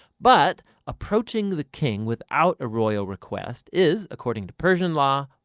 but approaching the king without a royal request is, according to persian law,